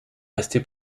rester